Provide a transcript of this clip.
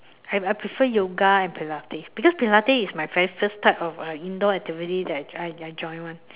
I I prefer yoga and Pilates because Pilates is my very first type of uh indoor activity that I I join [one]